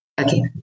okay